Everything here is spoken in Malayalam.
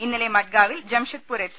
ഇന്നലെ മഡ്ഗാവിൽ ജംഷഡ്പൂർ എഫ്